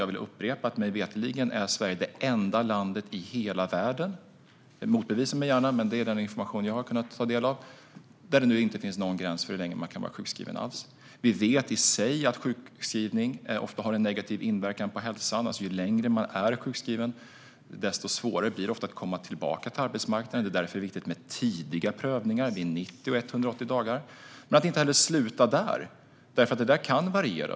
Jag vill upprepa att mig veterligen - motbevisa mig gärna, men det är den information jag har kunnat ta del av - är Sverige det enda landet i hela världen där det inte finns någon gräns alls för hur länge man kan vara sjukskriven. Vi vet att sjukskrivning i sig ofta har negativ inverkan på hälsan. Ju längre man är sjukskriven, desto svårare blir det ofta att komma tillbaka till arbetsmarknaden. Det är därför det är viktigt med tidiga prövningar vid 90 och 180 dagar men också att inte sluta där, för detta kan variera.